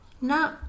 No